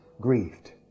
grieved